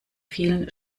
vielen